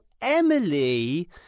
Emily